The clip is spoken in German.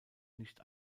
nicht